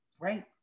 Right